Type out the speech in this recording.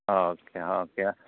okay okay